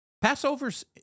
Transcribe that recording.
Passover's